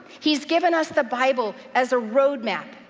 he's given us the bible as a roadmap,